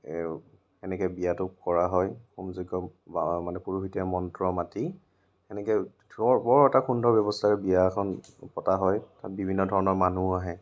এনেকৈ বিয়াটো কৰা হয় হোম যজ্ঞ বা মানে পুৰোহিতে মন্ত্ৰ মাতি এনেকৈ বৰ এটা সুন্দৰ ব্যৱস্থাৰে বিয়া এখন পতা হয় তাত বিভিন্ন ধৰণৰ মানুহো আহে